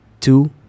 two